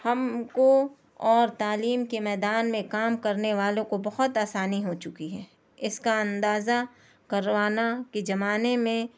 ہم کو اور تعلیم کے میدان میں کام کر نے والوں کو بہت آسانی ہو چکی ہے اس کا ندازہ کروانا کہ زمانے میں